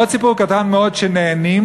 לא ציבור קטן מאוד שנהנים,